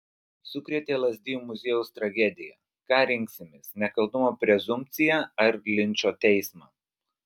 sukrėtė lazdijų muziejaus tragedija ką rinksimės nekaltumo prezumpciją ar linčo teismą